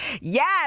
Yes